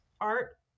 art